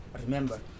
remember